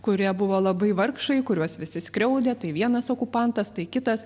kurie buvo labai vargšai kuriuos visi skriaudė tai vienas okupantas tai kitas